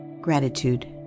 Gratitude